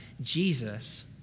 Jesus